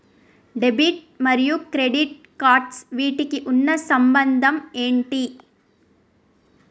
Debit మరియు credit cards వీటికి ఉన్న సంబంధం ఏంటి?